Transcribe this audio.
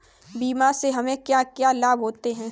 बीमा से हमे क्या क्या लाभ होते हैं?